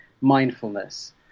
mindfulness